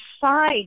side